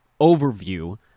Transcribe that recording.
overview